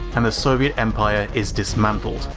and the soviet empire is dismantled,